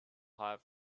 hot